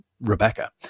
Rebecca